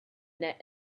net